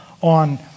on